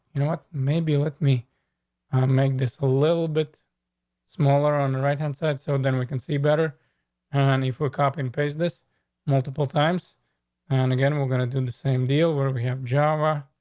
you know what? maybe with me, i make this a little bit smaller on the right hand side. so then we can see better and your full copy and paste this multiple times and again, we're going to do the same deal where we have jama,